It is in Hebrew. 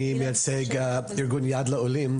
אני מייצג את ארגון יד לעולים.